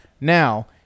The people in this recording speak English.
Now